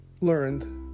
learned